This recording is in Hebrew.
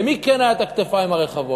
למי כן היה את הכתפיים הרחבות?